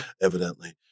evidently